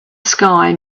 sky